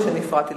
שאני מפריעה לך.